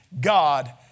God